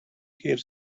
here